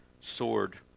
sword